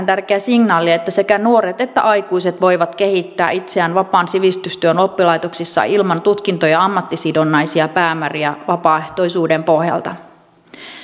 tärkeä signaali että sekä nuoret että aikuiset voivat kehittää itseään vapaan sivistystyön oppilaitoksissa ilman tutkinto ja ammattisidonnaisia päämääriä vapaaehtoisuuden pohjalta